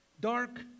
dark